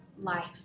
life